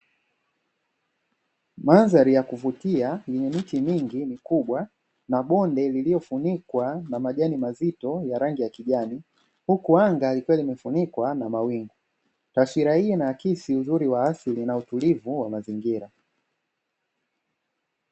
Mandhari ya kuvutia yenye miti mingi mikubwa na bonde lilio funikwa na majani mazito ya rangi ya kijani, huku anga likiwa limefunikwa na mawingu, taswira hii inaakisi uzuri wa asili na utulivu wa mazingira.